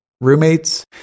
roommates